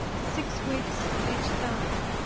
six weeks each time.